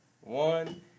one